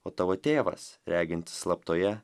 o tavo tėvas regintis slaptoje